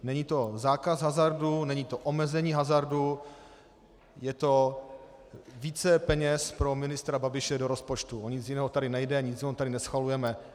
Není to zákaz hazardu, není to omezení hazardu, je to více peněz pro ministra Babiše do rozpočtu, o nic jiného tady nejde, nic jiného tady neschvalujeme.